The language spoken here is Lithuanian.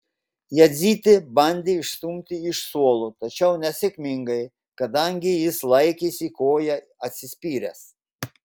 jadzytė bandė išstumti iš suolo tačiau nesėkmingai kadangi jis laikėsi koja atsispyręs